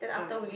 ah